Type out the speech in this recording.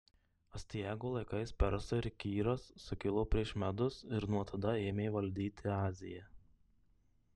astiago laikais persai ir kyras sukilo prieš medus ir nuo tada ėmė valdyti aziją